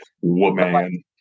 woman